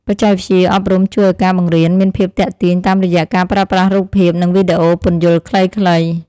បច្ចេកវិទ្យាអប់រំជួយឱ្យការបង្រៀនមានភាពទាក់ទាញតាមរយៈការប្រើប្រាស់រូបភាពនិងវីដេអូពន្យល់ខ្លីៗ។